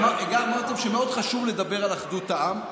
אמרתם שמאוד חשוב לדבר על אחדות העם.